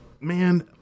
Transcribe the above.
man